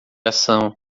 ação